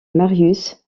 marius